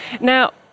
now